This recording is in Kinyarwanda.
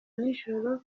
nijoro